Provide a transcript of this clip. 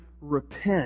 repent